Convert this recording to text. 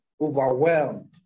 overwhelmed